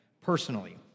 personally